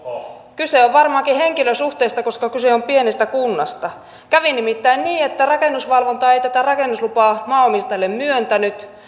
kyse on varmaankin henkilösuhteista koska kyse on pienestä kunnasta kävi nimittäin niin että rakennusvalvonta ei tätä rakennuslupaa maanomistajalle myöntänyt